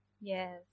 Yes